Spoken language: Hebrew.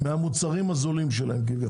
מהמוצרים הזולים שלהם כביכול.